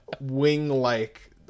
wing-like